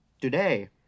today